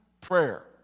prayer